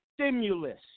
stimulus